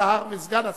השר וסגן השר,